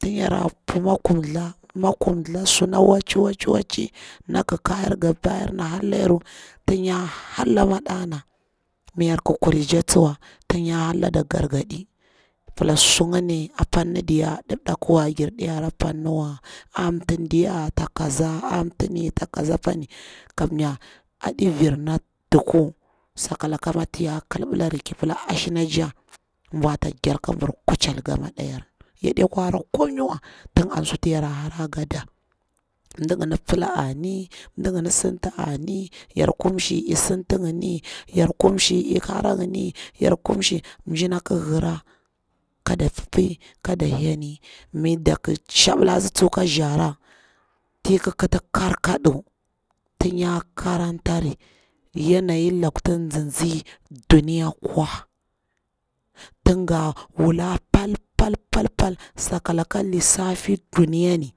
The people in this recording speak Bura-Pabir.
tin yara pu makumtha suna watchi watchi, na kikeyaru nga babayaru ana harala yaru tin ya halla madana, mi yarki kuri tcha tsuwa tin ya hara lade gargadi, ki pila su ngini panni diya aɗi mdakuwa gyara ɗe harawa amtin diya ta kaza, ta kaza apani, komnyar aɗi virnati duku sakalaka ma ti ya ƙibilari ki pila ashina toha bwata gelli ka bur kucheti nga ma dayarmi, yaɗe kwa hara komai wa, tin an suti yara hara ga daa, mdigini pila ami, ngini sinti ami, yar kumsini, sintingini yar kumshi, ik hara ngini, yar kumshi mjina hira kada pipi koda heni, mi dak ki shabila tsi tsuwa ka nza rra ti ikkiti karko koɗu tinya karantari, yanayin laktunzuzi duniya kwa, tin na wula pal pal pal pal saka laka lisafi duniyani.